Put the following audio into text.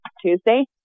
Tuesday